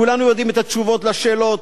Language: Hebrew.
כולנו יודעים את התשובות על השאלות,